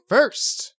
First